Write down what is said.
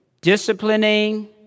disciplining